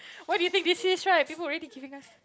what do you think this is right people already giving us